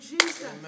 Jesus